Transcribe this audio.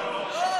לא, לא.